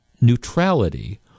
neutrality